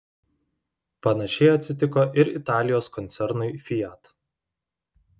panašiai atsitiko ir italijos koncernui fiat